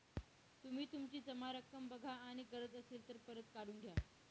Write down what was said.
तुम्ही तुमची जमा रक्कम बघा आणि गरज असेल तर परत काढून घ्या